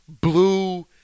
blue